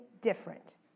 different